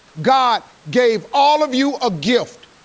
god gave all of you a gift!